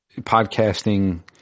podcasting